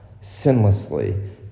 sinlessly